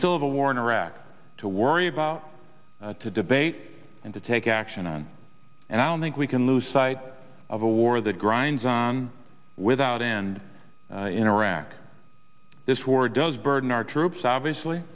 still have a war in iraq to worry about to debate and to take action on and i don't think we can lose sight of a war that grinds on without end in iraq this war does burden our troops obviously